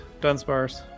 Dunsparce